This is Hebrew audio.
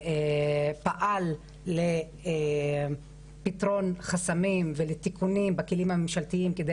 פעל לפתרון חסמים ולתיקונים בכלים הממשלתיים כדי